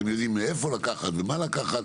אתם יודעים מאיפה לקחת, ומה לקחת.